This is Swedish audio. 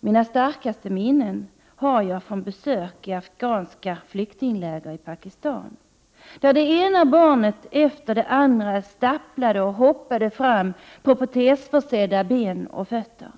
Mina starkaste minnen har jag från besök i afghanska flyktingläger i Pakistan, där det ena barnet efter det andra stapplade och hoppade fram på protesförsedda ben och fötter.